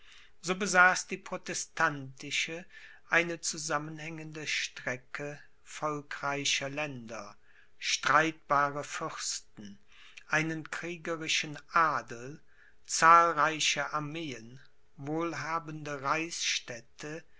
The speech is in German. so besaß die protestantische eine zusammenhängende strecke volkreicher länder streitbare fürsten einen kriegerischen adel zahlreiche armeen wohlhabende reichsstädte